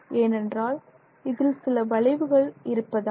ஏனென்றால் இதில் சில வளைவுகள் இருப்பதால்